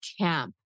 camp